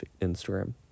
Instagram